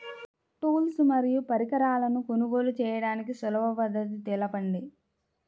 Tools మరియు పరికరాలను కొనుగోలు చేయడానికి సులభ పద్దతి తెలపండి?